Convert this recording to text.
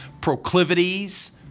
proclivities